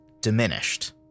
diminished